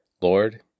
Lord